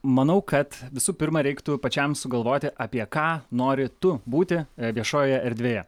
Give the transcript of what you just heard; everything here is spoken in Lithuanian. manau kad visų pirma reiktų pačiam sugalvoti apie ką nori tu būti viešojoje erdvėje